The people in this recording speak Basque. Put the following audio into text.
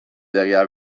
legea